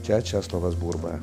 čia česlovas burba